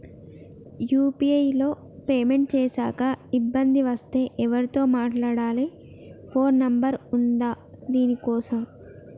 UPI లో payment చేశాక ఇబ్బంది వస్తే ఎవరితో మాట్లాడాలి? ఫోన్ నంబర్ ఉందా దీనికోసం?